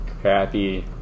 crappy